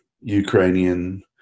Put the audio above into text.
Ukrainian